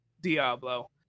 Diablo